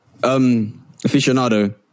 aficionado